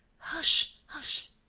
hush, hush!